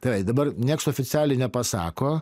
tai dabar nieks oficialiai nepasako